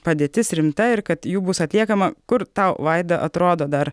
padėtis rimta ir kad jų bus atliekama kur tau vaida atrodo dar